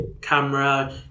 camera